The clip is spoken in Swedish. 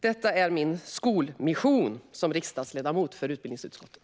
Detta är min skolmission som riksdagsledamot i utbildningsutskottet!